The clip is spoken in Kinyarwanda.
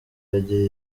iragira